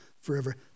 forever